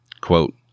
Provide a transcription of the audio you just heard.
quote